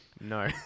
No